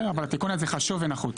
בסדר, אבל התיקון הזה חשוב ונחוץ.